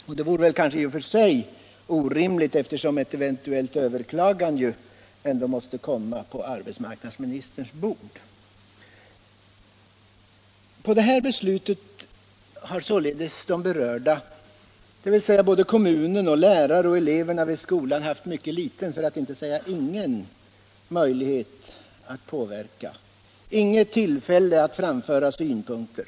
Och det vore i och för sig orimligt, eftersom ett eventuellt överklagande då måste komma på arbetsmarknadsministerns bord. Det här beslutet har således de berörda, dvs. såväl kommunen som lärare och elever vid skolan, haft mycket liten för att inte säga ingen möjlighet att påverka, och man har inte haft något tillfälle att framföra synpunkter.